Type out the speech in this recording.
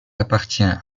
appartient